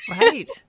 Right